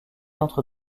entre